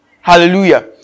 Hallelujah